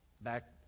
back